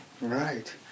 Right